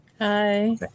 Hi